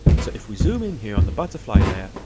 so if we zoom in here on the butterfly layer,